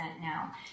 now